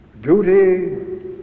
Duty